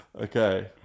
Okay